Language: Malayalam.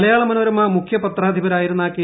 മലയാള മനോരമ മുഖ്യ പത്രാധിപരായിരുന്ന കെ